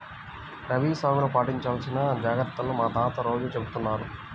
రబీ సాగులో పాటించాల్సిన జాగర్తలను మా తాత రోజూ చెబుతున్నారు